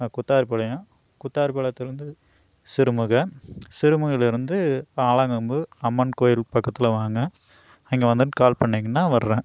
குத்தாயூர் பாளையம் குத்தாயூர் பாளையத்துலேருந்து சிறுமுகை சிறுமுகைலருந்து ஆலங்கம்பு அம்மன் கோயில் பக்கத்தில் வாங்க இங்கே வந்துட்டு கால் பண்ணீங்கனால் வரேன்